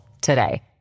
today